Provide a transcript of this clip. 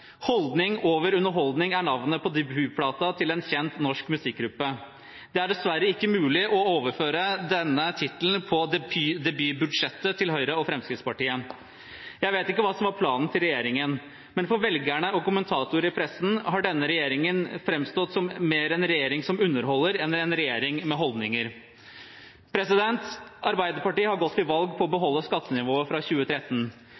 Holdning over underholdning er navnet på debutplaten til en kjent norsk musikkgruppe. Det er dessverre ikke mulig å overføre denne tittelen til debutbudsjettet til Høyre og Fremskrittspartiet. Jeg vet ikke hva som var planen til regjeringen, men for velgerne og kommentatorer i pressen har denne regjeringen framstått mer som en regjering som underholder, enn en regjering med holdninger. Arbeiderpartiet har gått til valg på å beholde skattenivået fra 2013.